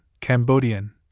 Cambodian